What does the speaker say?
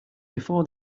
before